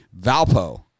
Valpo